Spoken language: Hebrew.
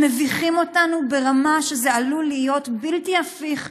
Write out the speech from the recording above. הם מביכים אותנו ברמה שזה עלול להיות בלתי הפיך לנו,